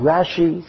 Rashi